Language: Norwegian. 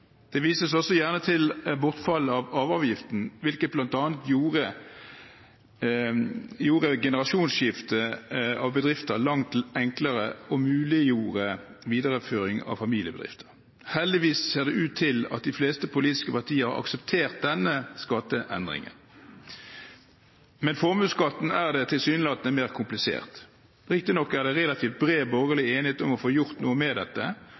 Det vises også gjerne til bortfall av arveavgiften, hvilket bl.a. gjorde generasjonsskifte av bedrifter langt enklere og muliggjorde videreføring av familiebedrifter. Heldigvis ser det ut til at de fleste politiske partier har akseptert denne skatteendringen. Med formuesskatten er det tilsynelatende mer komplisert. Riktignok er det relativt bred borgerlig enighet om å få gjort noe med dette,